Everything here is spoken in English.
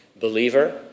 believer